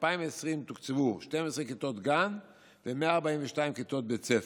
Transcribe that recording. ב-2020 תוקצבו 12 כיתות גן ו-142 כיתות בית ספר.